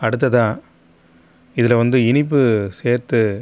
அடுத்ததாக இதில் வந்து இனிப்பு சேர்த்து